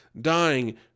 dying